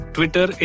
Twitter